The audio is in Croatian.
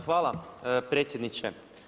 Hvala predsjedniče.